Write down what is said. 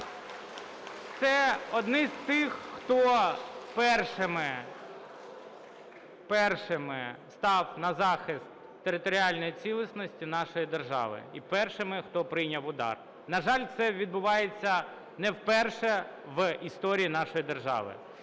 Це одні з тих, хто першими став на захист територіальної цілісності нашої держави, і першими, хто прийняв удар. На жаль, це відбувається не вперше в історії нашої держави.